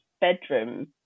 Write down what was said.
bedroom